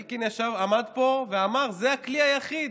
אלקין עמד פה ואמר שזה הכלי היחיד,